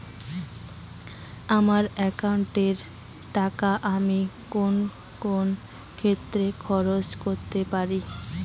আমার একাউন্ট এর টাকা আমি কোন কোন ক্ষেত্রে খরচ করতে পারি?